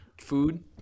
food